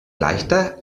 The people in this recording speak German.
leichter